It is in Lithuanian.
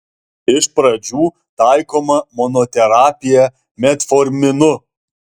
iš pradžių taikoma monoterapija metforminu